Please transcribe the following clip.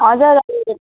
हजुर